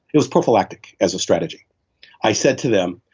it was prophylactic as a strategy i said to them,